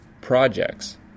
projects